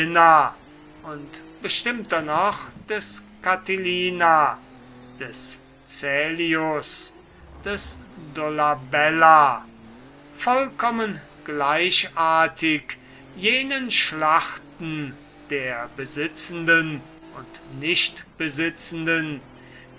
und bestimmter noch des catilina des caelius des dolabella vollkommen gleichartig jenen schlachten der besitzenden und nichtbesitzenden